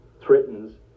threatens